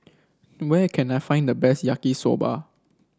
where can I find the best Yaki Soba